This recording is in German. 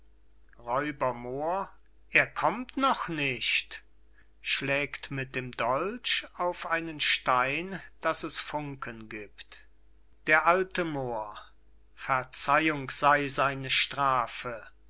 er kommt nicht schlägt mit dem dolch auf einen stein daß es funken gibt d a moor verzeihung sey seine strafe